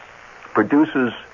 produces